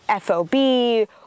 FOB